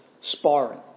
sparring